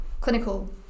clinical